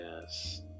Yes